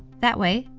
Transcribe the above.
that way,